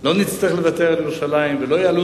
לא נצטרך לוותר על ירושלים ולא יעלו